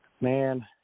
Man